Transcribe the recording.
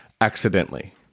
accidentally